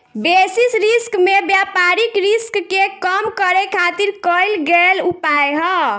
basis risk में व्यापारिक risk के कम करे खातिर कईल गयेल उपाय ह